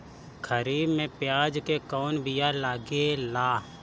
खरीफ में प्याज के कौन बीया लागेला?